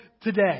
today